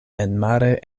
enmare